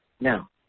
Now